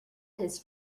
his